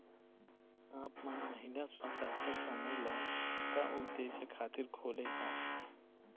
आप मन महिला स्व सहायता समूह ल का उद्देश्य खातिर खोले हँव?